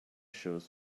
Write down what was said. shoes